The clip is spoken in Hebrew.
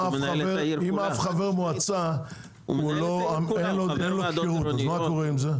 אם אף חבר מועצה לא עומד בתנאי הכשירות, מה קורה?